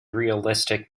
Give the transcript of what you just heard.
realistic